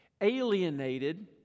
alienated